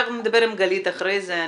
אנחנו נדבר עם גלית אחרי זה.